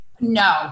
No